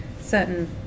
certain